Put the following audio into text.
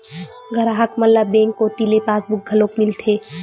गराहक मन ल बेंक कोती ले पासबुक घलोक मिलथे